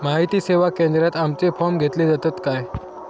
माहिती सेवा केंद्रात आमचे फॉर्म घेतले जातात काय?